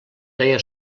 deia